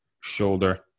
shoulder